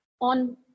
on